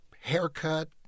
haircut